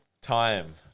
time